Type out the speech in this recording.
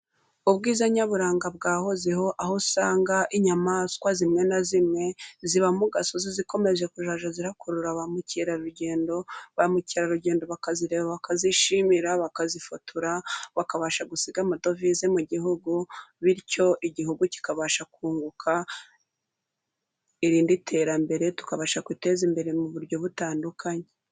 Ubwiza nyaburanga bwahozeho. Aho usanga inyamaswa zimwe na zimwe ziba mu gasozi zikomeje kujya zirakurura bamukerarugendo. Bamukerarugendo bakazireba ,bakazishimira ,bakazifotora ,bakabasha gusiga amadovize mu gihugu. Bityo igihugu kikabasha kunguka irindi terambere. Tukabasha kwiteza imbere mu buryo butandukanye.